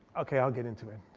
okay i'll get into it.